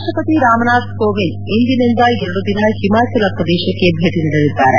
ರಾಷ್ಟ್ರಪತಿ ರಾಮ್ನಾಥ್ ಕೋವಿಂದ್ ಇಂದಿನಿಂದ ಎರಡು ದಿನ ಹಿಮಾಚಲ ಪ್ರದೇಶಕ್ನೆ ಭೇಟಿ ನೀಡಲಿದ್ದಾರೆ